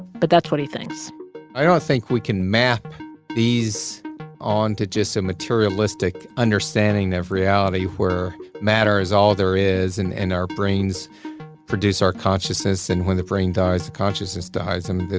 but that's what he thinks i don't think we can map these on to just a materialistic understanding of reality where matter is all there is, and and our brains produce our consciousness. and when the brain dies, the consciousness dies. and i